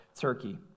Turkey